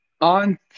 on